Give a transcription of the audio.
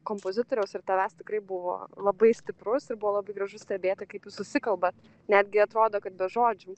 kompozitoriaus ir tavęs tikrai buvo labai stiprus ir buvo labai gražu stebėti kaip jūs susikalbat netgi atrodo kad be žodžių